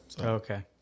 Okay